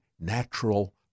natural